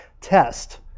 test